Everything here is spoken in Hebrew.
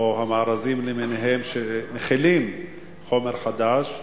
או המארזים למיניהם, שמכילים חומר חדש,